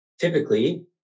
typically